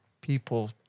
people